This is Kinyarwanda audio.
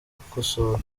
gukosora